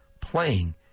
playing